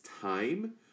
time